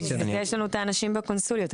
יש לנו את האנשים בקונסוליות.